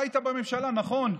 אתה היית בממשלה, נכון.